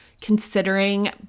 considering